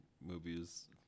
movies